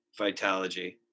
Vitalogy